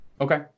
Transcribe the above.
Okay